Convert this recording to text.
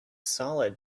solid